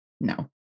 No